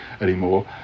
anymore